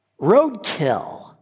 roadkill